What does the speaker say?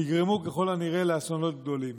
לגרום ככל הנראה לאסונות גדולים.